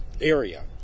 area